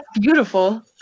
beautiful